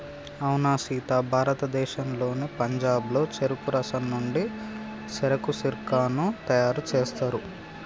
అవునా సీత భారతదేశంలోని పంజాబ్లో చెరుకు రసం నుండి సెరకు సిర్కాను తయారు సేస్తారు